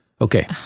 Okay